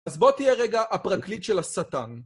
אז בוא תהיה רגע הפרקליט של השטן.